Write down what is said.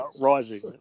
Rising